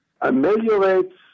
ameliorates